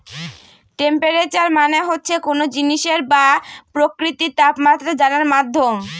temperature মানে হচ্ছে কোনো জিনিসের বা প্রকৃতির তাপমাত্রা জানার মাধ্যম